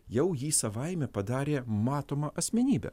jau jį savaime padarė matoma asmenybe